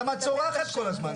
למה את צורחת כל הזמן?